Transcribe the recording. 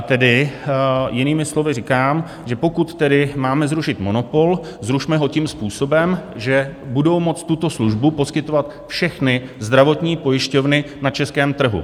Tedy jinými slovy říkám, že pokud tedy máme zrušit monopol, zrušme ho tím způsobem, že budou moci tuto službu poskytovat všechny zdravotní pojišťovny na českém trhu.